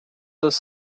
does